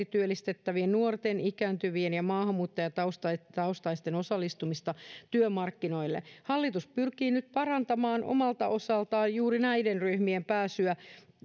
työllistettävien nuorten ikääntyvien ja maahanmuuttajataustaisten osallistumista työmarkkinoille hallitus pyrkii nyt parantamaan omalta osaltaan juuri näiden ryhmien pääsyä